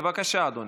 בבקשה, אדוני.